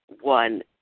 one